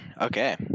okay